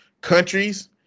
countries